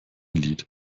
lied